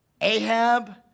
Ahab